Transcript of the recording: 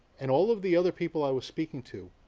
and all of the other people i was speaking to,